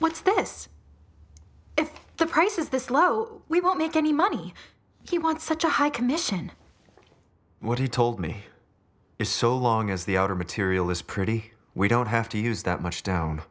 what's this and the price is this low we won't make any money he wants such a high commission what he told me is so long as the outer material is pretty we don't have to use that much down